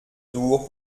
door